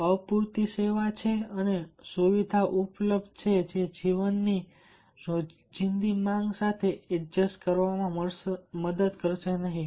અપૂરતી સેવા છે અને સુવિધાઓ ઉપલબ્ધ છે જે જીવનની રોજિંદી માંગ સાથે એડજસ્ટ થવામાં મદદ કરશે નહીં